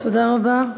תודה רבה.